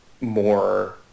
more